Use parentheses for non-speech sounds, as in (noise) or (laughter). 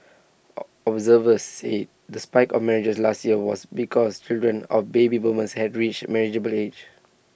(hesitation) observers said the spike A marriages last year was because children of baby boomers had reached marriageable age